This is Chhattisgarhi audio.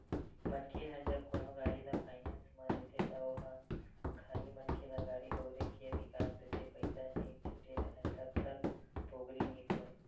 मनखे ह जब कोनो गाड़ी ल फायनेंस म लेथे त ओहा खाली मनखे ल गाड़ी बउरे के अधिकार देथे पइसा नइ छूटे राहय तब तक पोगरी नइ होय